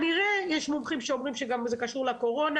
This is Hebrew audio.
יש מומחים שאומרים שזה גם קשור לקורונה.